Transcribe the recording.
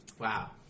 Wow